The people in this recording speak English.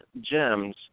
gems